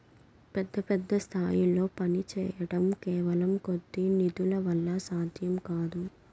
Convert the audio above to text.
పెద్ద పెద్ద స్థాయిల్లో పనిచేయడం కేవలం కొద్ది నిధుల వల్ల సాధ్యం కాదు